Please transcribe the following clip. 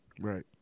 Right